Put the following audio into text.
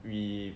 we